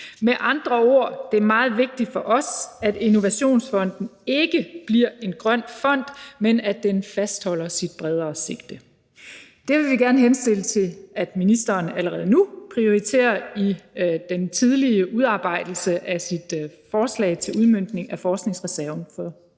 Med andre ord: Det er meget vigtigt for os, at Innovationsfonden ikke bliver en grøn fond, men at den fastholder sit bredere sigte. Det vil vi gerne henstille til ministeren at hun allerede nu prioriterer i den tidlige udarbejdelse af sit forslag til udmøntning af forskningsreserven